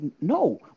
no